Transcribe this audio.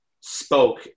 spoke